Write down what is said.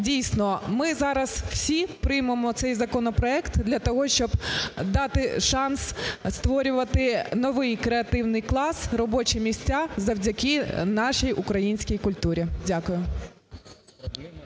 дійсно ми зараз всі приймемо цей законопроект для того, щоб дати шанс створювати новий креативний клас, робочі місця завдяки нашій українській культурі. Дякую.